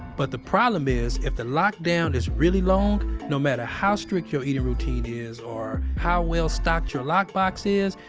but the problem is if the lockdown is really long, no matter how strict your eating routine is or how well stocked your lockbox is,